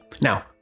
Now